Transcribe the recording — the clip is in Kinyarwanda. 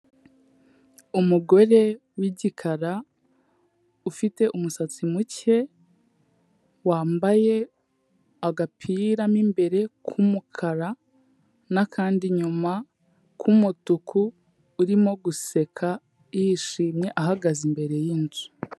Umugore w'igikara, ufite umusatsi muke wambaye agapira mo imbere k'umukara n'akandi inyuma k'umutuku urimo guseka yishimye ahagaze imbere yinzu.